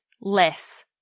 less